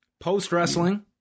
Post-wrestling